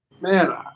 man